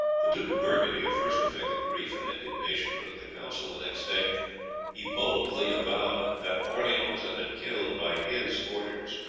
the duke of burgundy at first affected grief and indignation, but at the council the next day he boldly avowed that orleans had been killed by his orders.